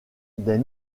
des